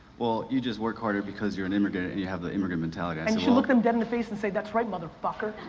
well, you just work harder because you're an immigrant and you have the immigrant mentality. and you should look them dead in the face and say, that's right, motherfucker.